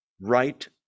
Right